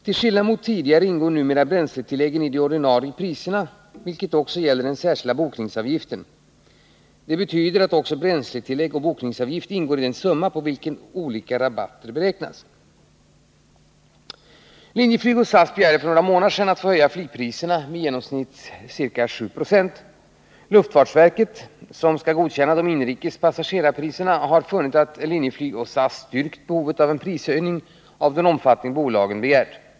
Till skillnad mot tidigare ingår numera bränsletilläggen i de ordinarie priserna, vilket också gäller den särskilda bokningsavgiften. Detta betyder att också bränsletillägg och bokningsavgift ingår i den summa på vilken olika rabatter beräknas. LIN och SAS begärde för några månader sedan att få höja flygpriserna med i genomsnitt ca 7 96. Luftfartsverket, som skall godkänna de inrikes passagerarpriserna, har funnit att LIN och SAS styrkt behovet av en prishöjning av den omfattning bolagen begärt.